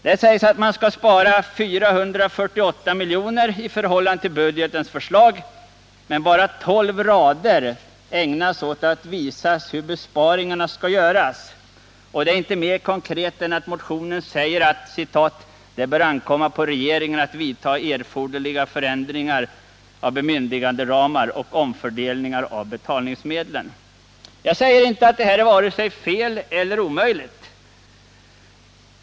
Där sägs att man skall kunna spara 448 miljoner i förhållande till budgetens förslag, men bara tolv rader ägnas åt att visa hur besparingarna skall göras, och det görs inte mer konkret än att motionen säger att ”det bör ankomma på regeringen att vidta erforderliga förändringar av bemyndiganderamar och omfördelningar av betalningsmedlen”. Jag säger inte att detta är vare sig fel eller omöjligt.